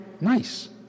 nice